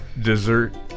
dessert